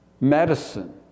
medicine